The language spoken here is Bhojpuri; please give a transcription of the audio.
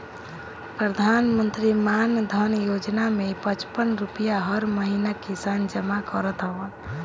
प्रधानमंत्री मानधन योजना में पचपन रुपिया हर महिना किसान जमा करत हवन